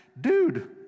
Dude